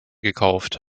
gekauft